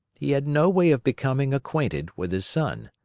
he had no way of becoming acquainted with his son.